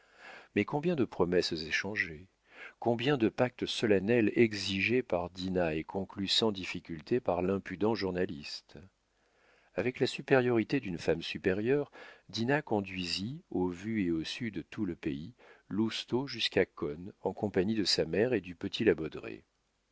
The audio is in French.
mais combien de promesses échangées combien de pactes solennels exigés par dinah et conclus sans difficultés par l'impudent journaliste avec la supériorité d'une femme supérieure dinah conduisit au vu et au su de tout le pays lousteau jusqu'à cosne en compagnie de sa mère et du petit la